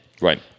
Right